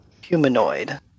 humanoid